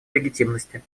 легитимности